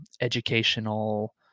educational